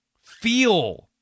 feel